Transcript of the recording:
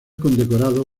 condecorado